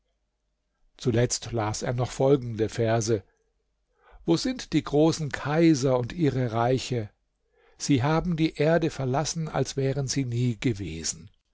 zuletzt las er noch folgende verse wo sind die großen kaiser und ihre reiche sie haben die erde verlassen als wären sie nie gewesen